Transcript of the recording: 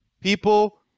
people